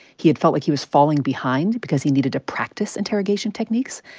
he had felt like he was falling behind because he needed to practice interrogation techniques.